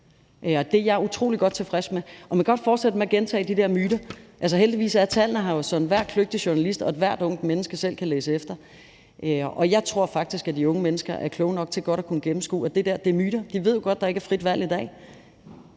det er jeg utrolig godt tilfreds med. Man kan godt fortsætte med at gentage de der myter, men heldigvis er tallene her, så enhver kløgtig journalist og ethvert ungt menneske selv kan læse efter, og jeg tror faktisk, at de unge mennesker er kloge nok til godt at kunne gennemskue, at det der er myter. De ved jo godt, at der ikke er frit valg i dag.